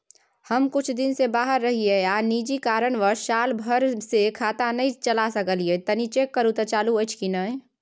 हम कुछ दिन से बाहर रहिये आर निजी कारणवश साल भर से खाता नय चले सकलियै तनि चेक करू त चालू अछि कि नय?